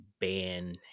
ban